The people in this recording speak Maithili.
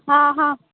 हँ हँ